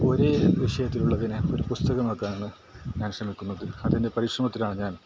ഒരേ വിഷയത്തിലുള്ളതിനെ ഒരു പുസ്തകമാക്കാനാണ് ഞാൻ ശ്രമിക്കുന്നത് അതിൻ്റെ പരിശ്രമത്തിലാണ് ഞാൻ